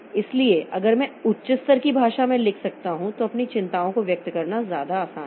इसलिए अगर मैं उच्च स्तर की भाषा में लिख सकता हूं तो अपनी चिंताओं को व्यक्त करना ज्यादा आसान है